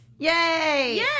Yay